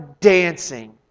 dancing